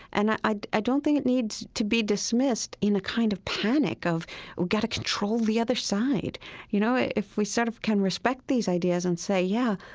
and i i don't think it needs to be dismissed in a kind of panic of, we've got to control the other side you know, if we sort of can respect these ideas and say, yeah,